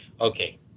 Okay